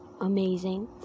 amazing